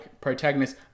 protagonist